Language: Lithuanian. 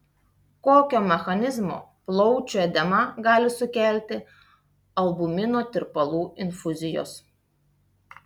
kokio mechanizmo plaučių edemą gali sukelti albumino tirpalų infuzijos